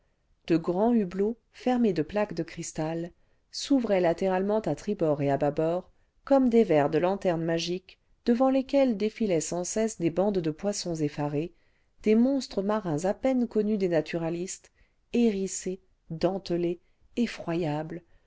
de grands hublots fermés de plaques de cristal s'ouvraient latéralement à tribord et à bâbord comme des verres de lanterne magique devant lesquels défilaient sans cesse des bandes de poissons effarés des monstres marins à peine connus des naturalistes hérissés dentelés effroyables